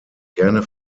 gerne